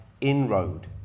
inroad